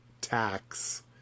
tax